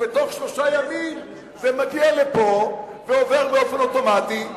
ובתוך שלושה ימים זה מגיע לפה ועובר באופן אוטומטי?